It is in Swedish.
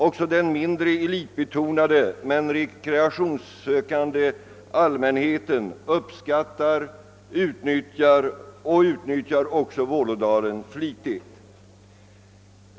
Också den mindre elitbetonade men rekreationssökande allmänheten uppskattar Vålådalen och utnyttjar anläggningen flitigt.